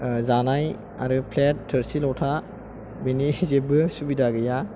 जानाय आरो प्लेट थोरसि लथा बेनि जेबो सुबिदा गैया